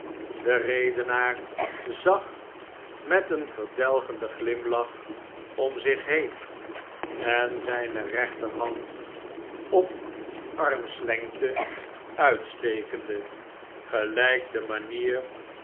de redenaar zag met een verdelgenden glimlach om zich heen en zijne rechterhand op armslengte uitstekende gelijk de